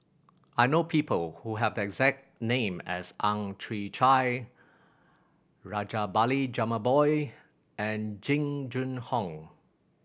I know people who have the exact name as Ang Chwee Chai Rajabali Jumabhoy and Jing Jun Hong